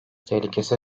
tehlikesi